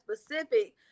specific